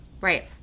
Right